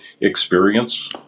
experience